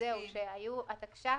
זו הוראה מחמירה בתחום הגבייה,